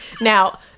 Now